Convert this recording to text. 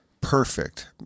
perfect